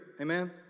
Amen